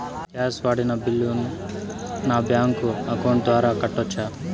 Gas వాడిన బిల్లును నా బ్యాంకు అకౌంట్ ద్వారా కట్టొచ్చా?